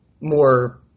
more